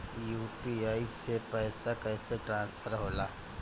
UPI से पैसा कैसे ट्रांसफर होला?